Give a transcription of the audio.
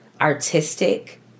artistic